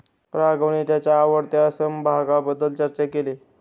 राघवने त्याच्या आवडत्या समभागाबद्दल चर्चा केली